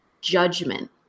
judgment